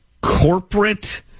corporate